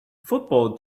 football